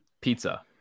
pizza